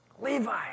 Levi